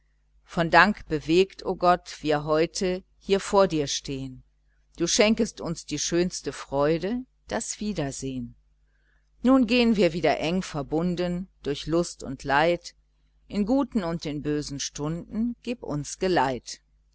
von dank bewegt o gott wir heute hier vor dir stehen du schenkest uns die schönste freude das wiedersehen nun gehn wir wieder eng verbunden durch lust und leid in guten und in bösen stunden gib uns geleit